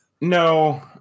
No